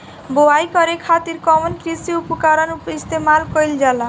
बुआई करे खातिर कउन कृषी उपकरण इस्तेमाल कईल जाला?